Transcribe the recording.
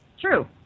true